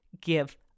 give